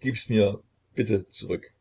gib's mir bitte zurück